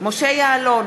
משה יעלון,